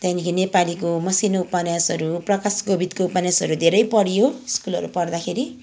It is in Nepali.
त्याँदेखि नेपालीको मसिनो उपन्यासहरू प्रकाश कोविदको उपन्यासहरू धेरै पढियो स्कुलहरू पढ्दाखेरि